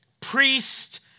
priest